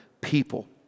people